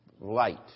light